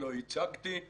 לא הצגתי,